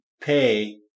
pay